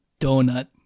donut